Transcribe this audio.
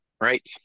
right